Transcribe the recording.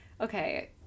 okay